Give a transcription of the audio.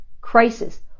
crisis